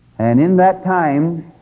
and in that time,